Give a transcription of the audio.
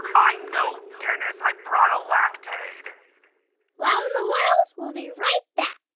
i know, dennis. i brought a lactaid wow in the world will be right back.